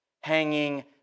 hanging